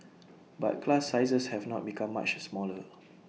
but class sizes have not become much smaller